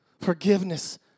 Forgiveness